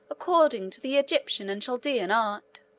according to the egyptian and chaldean art,